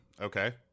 Okay